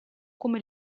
come